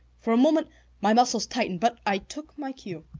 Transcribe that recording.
for a moment my muscles tightened, but i took my cue.